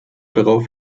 darauf